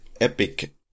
epic